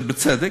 זה בצדק,